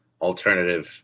alternative